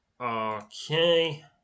Okay